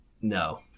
No